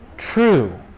true